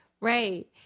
Right